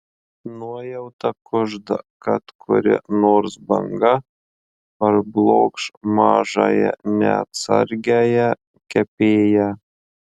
nuojauta kužda kad kuri nors banga parblokš mažąją neatsargiąją kepėją